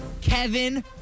Kevin